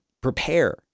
prepare